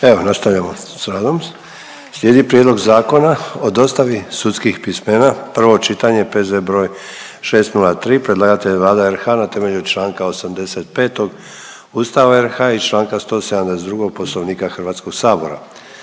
Evo, nastavljamo s radom. Slijedi: - Prijedlog Zakona o dostavi sudskih pismena, prvo čitanje, P.Z. br. 603 Predlagatelj je Vlada RH na temelju čl. 85. Ustava RH i čl. 172. Poslovnika Hrvatskoga sabora.